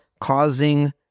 causing